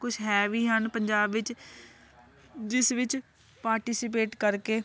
ਕੁਛ ਹੈ ਵੀ ਹਨ ਪੰਜਾਬ ਵਿੱਚ ਜਿਸ ਵਿੱਚ ਪਾਰਟੀਸੀਪੇਟ ਕਰਕੇ